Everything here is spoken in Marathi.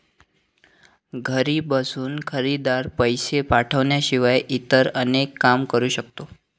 घरी बसूनच खरेदीदार, पैसे पाठवण्याशिवाय इतर अनेक काम करू शकतो